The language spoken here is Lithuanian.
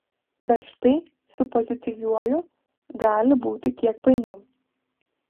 bet štai su pozityviuoju gali būti kiek painiau